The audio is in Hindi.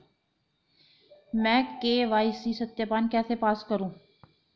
मैं के.वाई.सी सत्यापन कैसे पास करूँ?